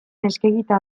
eskegita